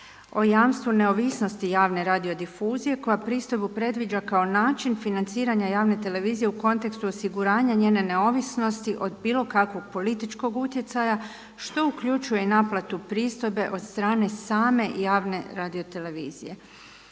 o jamstvu neovisnosti javne radiodifuzije koja pristojbu predviđa kao način financiranja javne televizije u kontekstu osiguranja, njene neovisnosti od bilo kakvog političkog utjecaja što uključuje i naplatu pristojbe od strane same javne radiotelevizije.